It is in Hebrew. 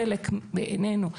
בעינינו,